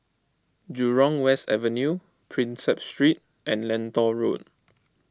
Jurong West Avenue Prinsep Street and Lentor Road